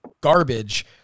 garbage